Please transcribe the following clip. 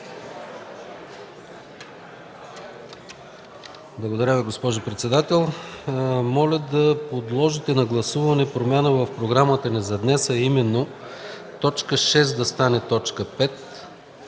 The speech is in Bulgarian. Благодаря, госпожо председател. Моля да подложите на гласуване промяна в програмата ни за днес, а именно точка шеста да стане точка